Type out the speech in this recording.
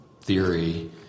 theory